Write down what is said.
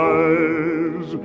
eyes